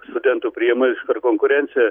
studentų priima iškart konkurencija